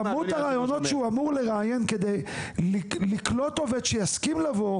כמות הראיונות שהוא אמור לראיין כדי לקלוט עובד שיסכים לבוא